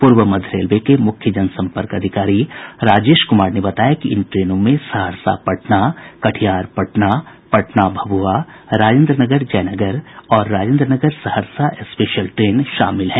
पूर्व मध्य रेलवे के मुख्य जनसम्पर्क अधिकारी राजेश कुमार ने बताया कि इन ट्रेनों में सहरसा पटना कटिहार पटना पटना भभुआ राजेन्द्र नगर जयनगर और राजेन्द्र नगर सहरसा स्पेशल ट्रेन शामिल हैं